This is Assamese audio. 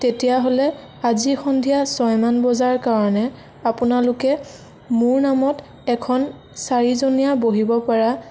তেতিঅয়হ'লে আজি সন্ধিয়া ছয়মান বজাৰ কাৰণে আপোনালোকে মোৰ নামত এখন চাৰিজনীয়া বহিব পৰা